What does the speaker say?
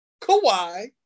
Kawhi